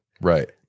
Right